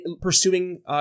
pursuing